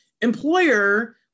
employer